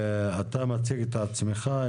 אתה מציג את עצמך,